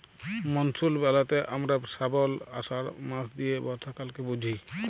monsoon ব্যলতে হামরা শ্রাবল, আষাঢ় মাস লিয়ে বর্ষাকালকে বুঝি